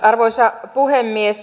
arvoisa puhemies